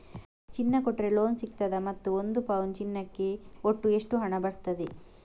ಚಿನ್ನ ಕೊಟ್ರೆ ಲೋನ್ ಸಿಗ್ತದಾ ಮತ್ತು ಒಂದು ಪೌನು ಚಿನ್ನಕ್ಕೆ ಒಟ್ಟು ಎಷ್ಟು ಹಣ ಬರ್ತದೆ?